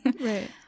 right